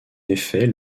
effet